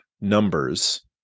numbers